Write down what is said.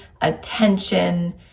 attention